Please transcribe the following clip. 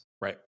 Right